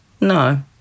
No